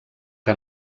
que